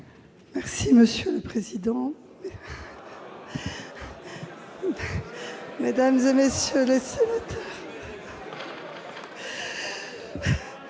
Merci, monsieur le président. Mesdames, messieurs les sénateurs,